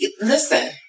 listen